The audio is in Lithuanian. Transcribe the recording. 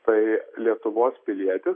tai lietuvos pilietis